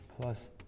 plus